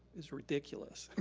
is ridiculous